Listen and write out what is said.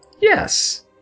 Yes